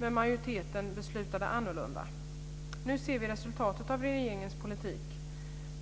men majoriteten beslutade annorlunda. Nu ser vi resultatet av regeringens politik.